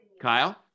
Kyle